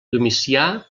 domicià